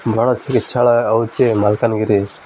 ଭଲ ଚିକିତ୍ସାଳୟ ହେଉଛି ମାଲକାନଗିରି